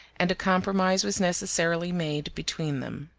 and a compromise was necessarily made between them.